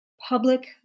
public